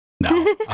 No